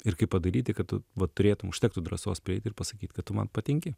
ir kaip padaryti kad tu va turėtum užtektų drąsos prieit ir pasakyt kad tu man patinki